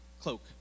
cloak